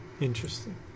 Interesting